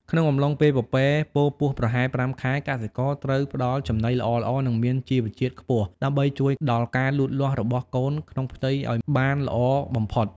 ក្នុងកំឡុងពេលពពែពរពោះប្រហែល ៥ ខែ កសិករត្រូវផ្តល់ចំណីល្អៗនិងមានជីវជាតិខ្ពស់ ដើម្បីជួយដល់ការលូតលាស់របស់កូនក្នុងផ្ទៃឲ្យបានល្អបំផុត។